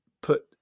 put